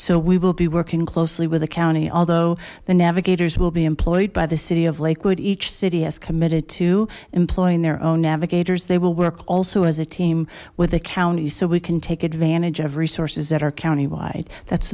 so we will be working closely with the county although the navigators will be employed by the city of lakewood each city has committed to employing their own navigators they will work also as a team with the county so we can take advantage of resources that are countywide that's